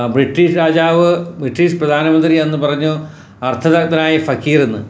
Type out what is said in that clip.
British രാജാവ് British പ്രധാനമന്ത്രിയെന്ന് പറഞ്ഞു അര്ദ്ധ നഗ്നനായി ഫക്കീറെന്ന്